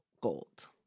gold